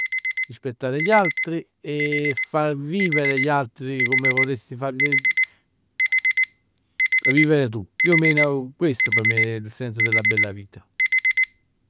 Rispettare gli altri e far vivere gli altri, come vorresti far vivere tu. Più o meno questo p' me è il senso della bella vita.